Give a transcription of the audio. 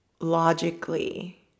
logically